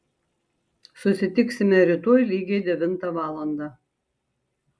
susitiksime rytoj lygiai devintą valandą